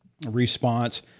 response